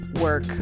work